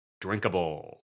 drinkable